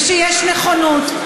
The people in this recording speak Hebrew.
ושיש נכונות,